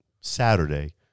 Saturday